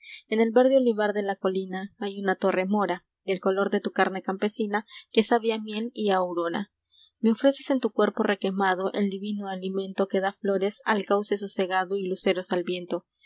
en el verde olivar de la colina hay una torre mora del color de tu carne campesina que sabe a miel y aurora me ofreces en tu cuerpo requemado el divino alimento que da flores al cauce sosegado y luceros al viento